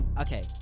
Okay